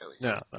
No